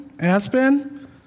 Aspen